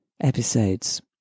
episodes